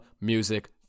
music